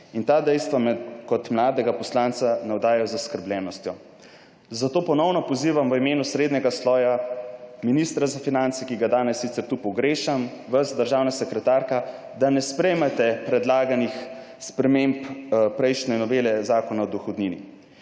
In ta dejstva me kot mladega poslanca navdajajo z zaskrbljenostjo. Zato ponovno pozivam v imenu srednjega sloja ministra za finance, ki ga danes sicer tu pogrešam, vas, državna sekretarka, da ne sprejmete predlaganih sprememb prejšnje novele Zakona o dohodnini.